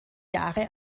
jahre